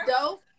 dope